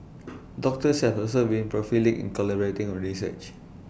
doctors have also been prolific in collaborating A research